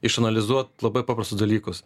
išanalizuot labai paprastus dalykus